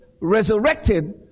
resurrected